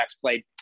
played